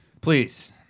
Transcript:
Please